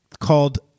called